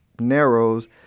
narrows